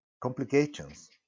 complications